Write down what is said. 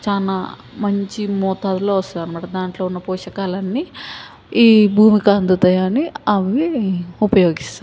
చాలా మంచి మోతాదులో వస్తుంది అనమాట దాంట్లో ఉన్న పోషకాలన్నీ ఈ భూమికి అందుతాయని అవి ఉపయోగిస్తారు